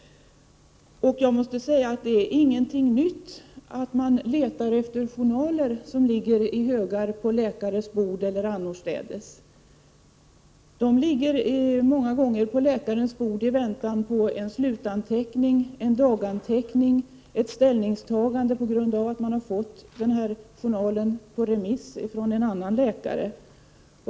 Det är inte någon nyhet att man letar efter journaler som ligger i högar på läkares bord eller annorstädes. Många gånger ligger journalerna på läkarnas bord i väntan på en slutanteckning, en daganteckning eller ett ställningstagande på grund av att det föreligger en remiss från en annan läkare.